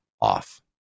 off